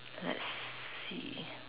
let's see